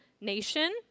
nation